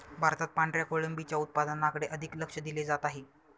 भारतात पांढऱ्या कोळंबीच्या उत्पादनाकडे अधिक लक्ष दिले जात आहे